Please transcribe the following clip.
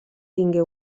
tingué